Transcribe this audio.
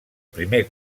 primer